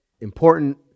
important